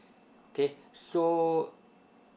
okay so